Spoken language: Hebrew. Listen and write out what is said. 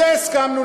לזה הסכמנו,